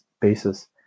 basis